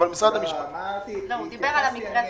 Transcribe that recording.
לא, אמרתי --- לא, הוא דיבר על המקרה הספציפי.